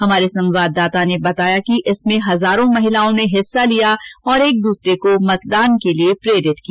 हमारे संवाददाता ने बताया कि इसमें हजारों महिलाओं ने हिस्सा लिया और मतदान के लिए प्रेरित किया